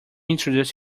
introduce